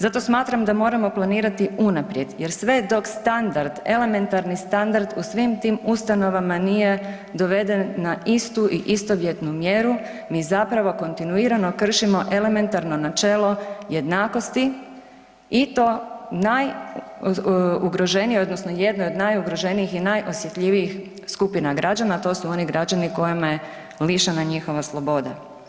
Zato smatram da moramo planirati unaprijed jer sve dok standard, elementarni standard u svim tim ustanovama nije doveden na istu i istovjetnu mjeru, mi zapravo kontinuirano kršimo elementarno načelo jednakosti i to najugroženije odnosno jedno od najugroženijih i najosjetljivijih skupina građana, a to su oni građani kojima je lišena njihova sloboda.